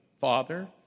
father